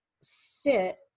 sit